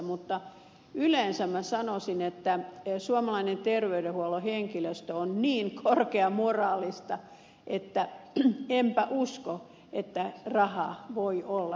mutta yleensä minä sanoisin että suomalainen ter veydenhuollon henkilöstö on niin korkeamoraalista että enpä usko että raha voi olla se syy